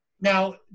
Now